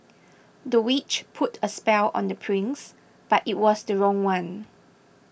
the witch put a spell on the prince but it was the wrong one